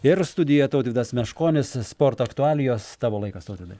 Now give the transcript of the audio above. ir studijoje tautvydas meškonis sporto aktualijos tavo laikas tautvydai